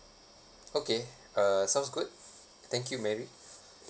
okay uh sounds good thank you mary